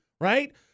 Right